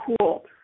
cool